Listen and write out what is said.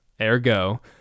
Ergo